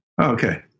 Okay